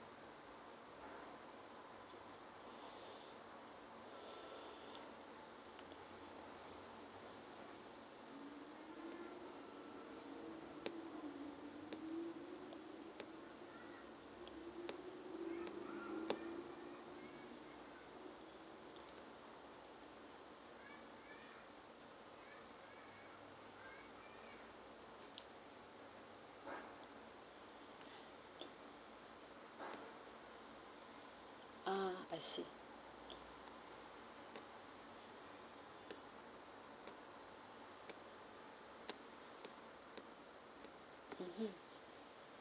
ah I see mmhmm